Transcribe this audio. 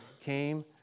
came